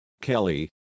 Kelly